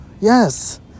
Yes